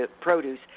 produce